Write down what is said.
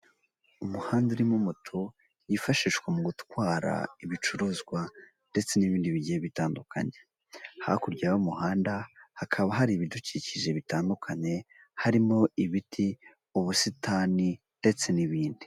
Umuhanda urimo moto yifashishwa mu gutwara ibicuruzwa ndetse n'ibindi bigiye bitandukanye, hakurya y'umuhanda hakaba hari ibidukikije bitandukanye harimo ibiti, ubusitani ndetse n'ibindi.